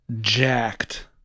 jacked